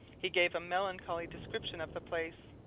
he gave a melancholy description of the place.